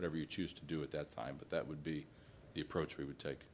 whatever you choose to do at that time but that would be the approach we would take